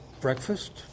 breakfast